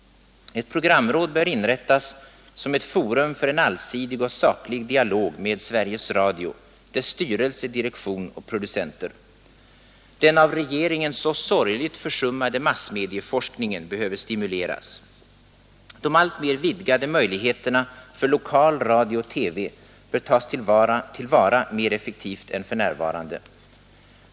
Ett programråd bör inrättas som ett forum för en allsidig och saklig dialog med Sveriges Radio, dess styrelse, direktion och producenter. Den av regeringen så sorgligt försummade massmedieforskningen behöver stimuleras. De alltmer vidgade möjligheterna för lokal radio och TV bör tas till vara mer effektivt än för närvarande.